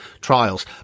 trials